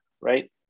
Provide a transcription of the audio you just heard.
right